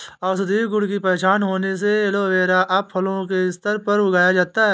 औषधीय गुण की पहचान होने से एलोवेरा अब फसलों के स्तर पर उगाया जाता है